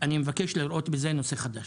אני מבקש לראות בזה נושא חדש.